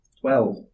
Twelve